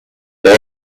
they